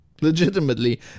legitimately